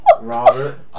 Robert